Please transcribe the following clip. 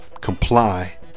comply